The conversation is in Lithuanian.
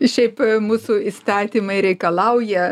šiaip mūsų įstatymai reikalauja